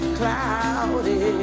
cloudy